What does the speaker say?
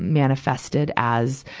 manifested as,